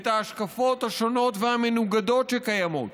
את ההשקפות השונות והמנוגדות שקיימות,